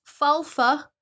Falfa